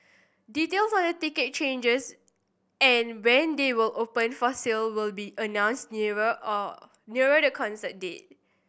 details on the ticket charges and when they will open for sale will be announced nearer all nearer the concert date